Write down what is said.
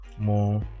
more